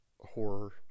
horror